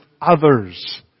others